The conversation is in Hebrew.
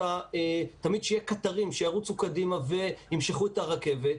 תמיד שיהיו קטרים שירוצו קדימה וימשכו את הרכבת,